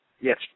Yes